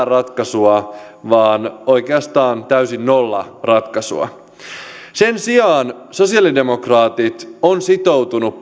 ratkaisua vaan oikeastaan täysin nollaratkaisua sen sijaan sosiaalidemokraatit ovat sitoutuneet